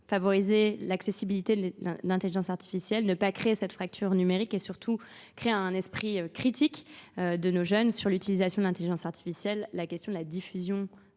favoriser l'accessibilité de l'intelligence artificielle, ne pas créer cette fracture numérique et surtout créer un esprit critique de nos jeunes sur l'utilisation de l'intelligence artificielle. La question de la diffusion